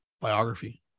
biography